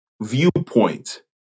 viewpoint